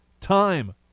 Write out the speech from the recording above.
Time